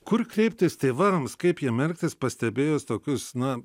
kur kreiptis tėvams kaip jiem elgtis pastebėjus tokius na